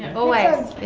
always.